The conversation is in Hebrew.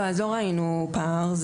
לא ראינו פער.